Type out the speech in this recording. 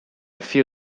few